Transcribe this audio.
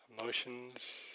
emotions